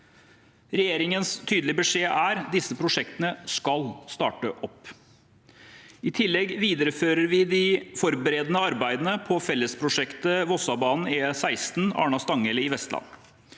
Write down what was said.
Regjeringens tydelige beskjed er at disse prosjektene skal starte opp. I tillegg viderefører vi de forberedende arbeidene på fellesprosjektet Vossebanen og E16 Arna–Stanghelle i Vestland.